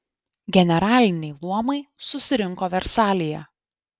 generaliniai luomai susirinko versalyje